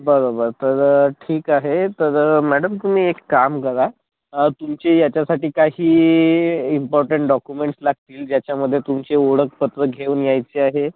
बरोबर तर ठीक आहे तर मॅडम तुम्ही एक काम करा तुमची याच्यासाठी काही इम्पॉर्टंट डॉकुमेंट्स लागतील ज्याच्यामध्ये तुमचे ओळखपत्र घेऊन यायचे आहे